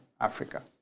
Africa